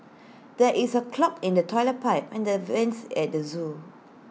there is A clog in the Toilet Pipe and the vents at the Zoo